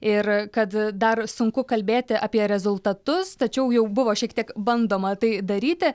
ir kad dar sunku kalbėti apie rezultatus tačiau jau buvo šiek tiek bandoma tai daryti